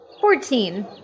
Fourteen